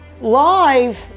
live